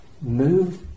move